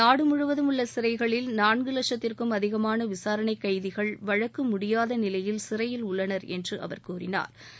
நாடு முழுவதும் உள்ள சிறைகளில் நான்கு வட்சத்திற்கும் அதிகமான விசாரணை கைதிகள் வழக்கு முடியாத நிலையில் சிறையில் உள்ளனர் என்று அவர் கூறினா்